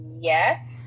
yes